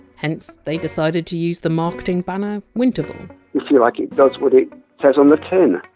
hence they decided to use the marketing banner winterval like it does what it says on the tin.